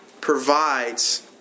provides